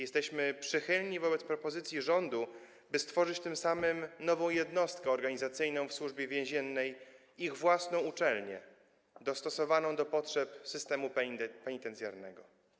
Jesteśmy przychylni wobec propozycji rządu, by stworzyć tym samym nową jednostkę organizacyjną w Służbie Więziennej - jej własną uczelnię dostosowaną do potrzeb systemu penitencjarnego.